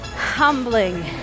humbling